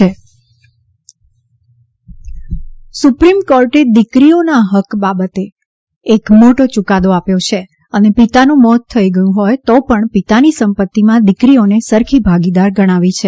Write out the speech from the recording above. સર્વોચ્ય અદાલત સુપ્રીમ કોર્ટે દીકરીઓના હક્ક બાબતે એક મોટો યુકાદો આપ્યો છે અને પિતાનું મોત થઈ ગયું તો પણ પિતાની સંપત્તિમાં દીકરીઓને સરખી ભાગીદાર ગણાવી છે